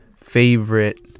favorite